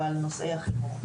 בראשם נושא החינוך.